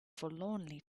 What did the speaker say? forlornly